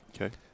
Okay